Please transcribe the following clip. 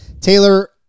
Taylor